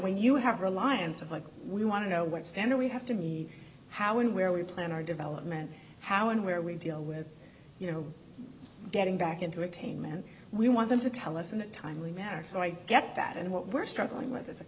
when you have reliance of like we want to know what standard we have to be how and where we plan our development how and where we deal with you know getting back into attainment we want them to tell us in a timely manner so i get that and what we're struggling with as a